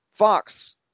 fox